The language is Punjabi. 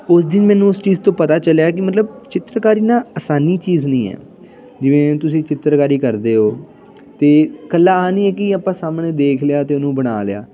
ਉਸ ਦਿਨ ਮੈਨੂੰ ਉਸ ਚੀਜ਼ ਤੋਂ ਪਤਾ ਚੱਲਿਆ ਕਿ ਮਤਲਬ ਚਿੱਤਰਕਾਰੀ ਨਾ ਆਸਾਨੀ ਚੀਜ਼ ਨਹੀਂ ਹੈ ਜਿਵੇਂ ਤੁਸੀਂ ਚਿੱਤਰਕਾਰੀ ਕਰਦੇ ਹੋ ਤਾਂ ਇਕੱਲਾ ਇਹ ਨਹੀਂ ਹੈ ਕਿ ਆਪਾਂ ਸਾਹਮਣੇ ਦੇਖ ਲਿਆ ਅਤੇ ਉਹਨੂੰ ਬਣਾ ਲਿਆ